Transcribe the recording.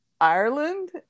Ireland